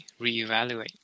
reevaluate